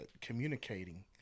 communicating